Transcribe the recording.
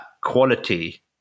quality